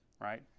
right